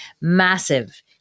massive